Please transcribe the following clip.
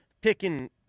picking